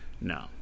no